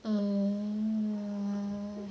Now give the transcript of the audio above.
um